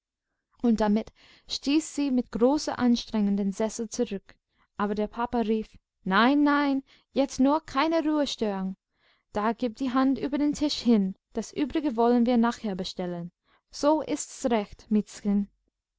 und damit stieß sie mit großer anstrengung den sessel zurück aber der papa rief nein nein jetzt nur keine ruhestörung da gib die hand über den tisch hin das übrige wollen wir nachher bestellen so ist's recht